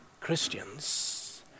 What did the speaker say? Christians